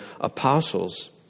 apostles